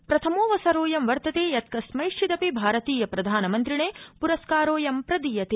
प्रथमोवसरोऽयं वर्तते यत् कस्मैश्चिदपि भारतीय प्रधानमन्त्रिणे पुरस्कारोऽयं प्रदीयते